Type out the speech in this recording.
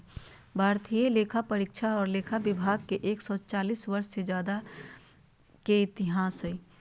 भारतीय लेखापरीक्षा और लेखा विभाग के एक सौ चालीस वर्ष से ज्यादा के इतिहास हइ